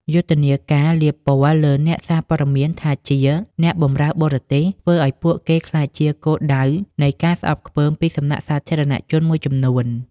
យុទ្ធនាការលាបពណ៌លើអ្នកសារព័ត៌មានថាជា "អ្នកបម្រើបរទេស" ធ្វើឱ្យពួកគេក្លាយជាគោលដៅនៃការស្អប់ខ្ពើមពីសំណាក់សាធារណជនមួយចំនួន។